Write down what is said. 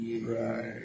right